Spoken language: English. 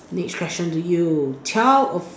next question to you tell a